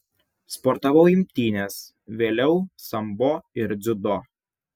sportavau imtynes vėliau sambo ir dziudo